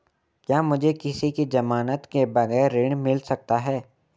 क्या मुझे किसी की ज़मानत के बगैर ऋण मिल सकता है?